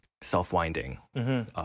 self-winding